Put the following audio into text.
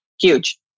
Huge